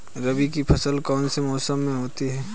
रबी की फसल कौन से मौसम में होती है?